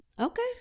Okay